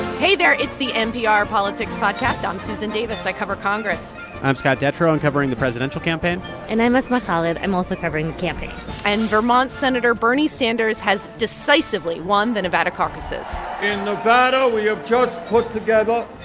hey, there. it's the npr politics podcast. i'm susan davis. i cover congress i'm scott detrow. i'm and covering the presidential campaign and i'm asma khalid. i'm also covering the campaign and vermont senator bernie sanders has decisively won the nevada caucuses in nevada, we have just put together